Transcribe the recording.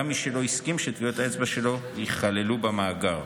גם מי שלא הסכים שטביעות האצבע שלו ייכללו במאגר.